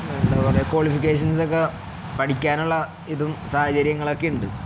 എന്താ പറയാ ക്വാളിഫിക്കേഷൻസൊക്കെ പഠിക്കാനുള്ള ഇതും സാഹചര്യങ്ങളൊക്കെ ഇണ്ട്